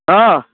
हँ